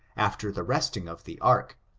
after the resting of the ark,